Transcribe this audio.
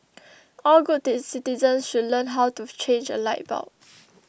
all good citizens should learn how to change a light bulb